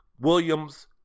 Williams